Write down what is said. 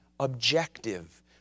objective